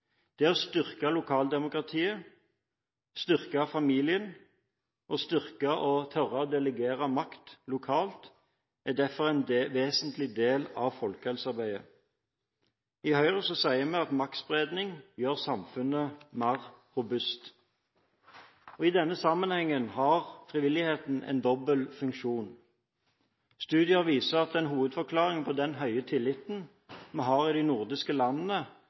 Det å styrke lokaldemokratiet, styrke familien og styrke og tørre å delegere makt lokalt, er derfor en vesentlig del av folkehelsearbeidet. I Høyre sier vi at maktspredning gjør samfunnet mer robust. I denne sammenheng har frivilligheten en dobbel funksjon. Studier viser at en hovedforklaring på den store tilliten vi som bor i de nordiske landene,